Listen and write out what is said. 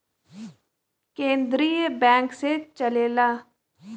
केन्द्रीय बैंक से चलेला